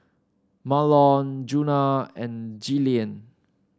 Mahlon Djuna and Jillian